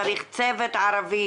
צריך צוות ערבי.